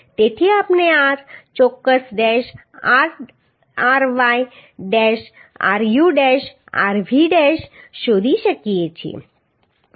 તેથી આપણે rx dash ry dash ru dash rv dash શોધી શકીએ છીએ